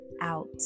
out